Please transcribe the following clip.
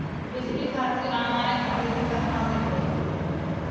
बिजली खातिर ऑनलाइन आवेदन कहवा से होयी?